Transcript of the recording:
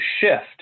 shift